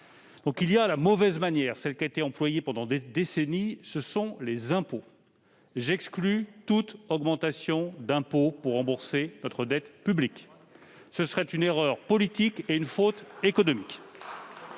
Il y a la mauvaise manière, celle qui a été employée pendant des décennies : les impôts. Pour ma part, j'exclus toute augmentation d'impôts pour rembourser notre dette publique. Ce serait une erreur politique et une faute économique.